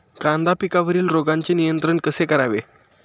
कांदा पिकावरील रोगांचे नियंत्रण कसे करावे?